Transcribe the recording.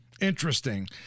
interesting